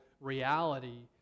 reality